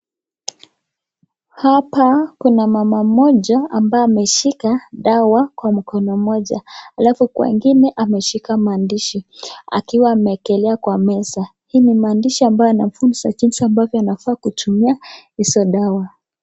Hapa kuna mama mmoja ambaye ameshika dawa kwa mkono mmoja alafu kwa ingine ameshika maandishi, akiwa amewekelea kwa meza, hii ni maandishi ambayo yanamfunza jinsi ambavyo anafaa kuzitumia hizo dawa.